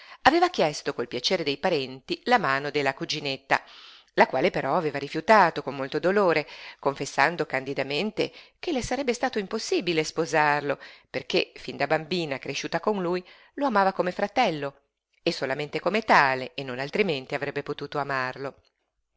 aveva chiesto col piacere dei parenti la mano della cuginetta la quale però aveva rifiutato con molto dolore confessando candidamente che le sarebbe stato impossibile sposarlo perché fin da bambina cresciuta con lui lo amava come fratello e solamente come tale e non altrimenti avrebbe potuto amarlo